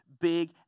big